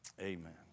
Amen